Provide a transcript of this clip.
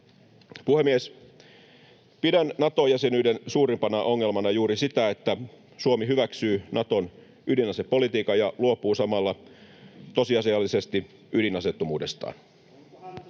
Puhemies! Pidän Nato-jäsenyyden suurimpana ongelmana juuri sitä, että Suomi hyväksyy Naton ydinasepolitiikan ja luopuu samalla tosiasiallisesti ydinaseettomuudestaan.